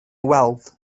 weld